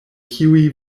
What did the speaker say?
kiuj